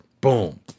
boom